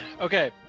Okay